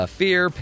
fear